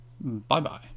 Bye-bye